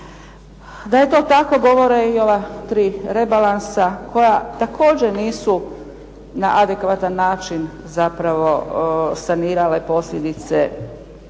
Da je to tako govore i ova tri rebalansa koja također nisu na adekvatan način zapravo sanirala posljedice